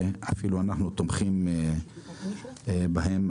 ואפילו תומכים בהם.